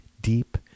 deep